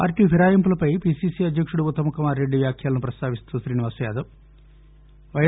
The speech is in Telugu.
పార్టీ ఫిరాయింపులపై పిసిసి అధ్యకుడు ఉత్తమ్ కుమార్ రెడ్డి వ్యాఖ్యలను ప్రస్తావిస్తూ శ్రీనివాసయాదవ్ పై